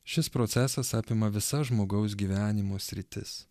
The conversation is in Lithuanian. šis procesas apima visas žmogaus gyvenimo sritis